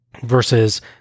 versus